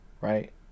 right